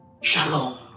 Shalom